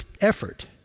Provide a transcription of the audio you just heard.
effort